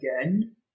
Again